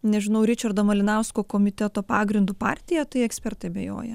nežinau ričardo malinausko komiteto pagrindu partija tai ekspertai abejoja